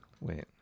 wait